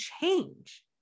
change